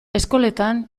eskoletan